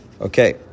Okay